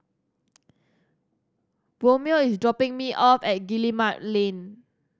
Romeo is dropping me off at Guillemard Lane